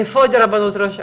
איפה הרבנות הראשית?